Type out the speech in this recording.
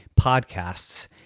Podcasts